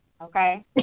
okay